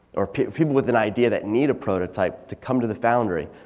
or people with an idea that need a prototype to come to the foundry.